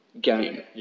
game